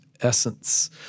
essence